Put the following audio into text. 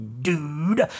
dude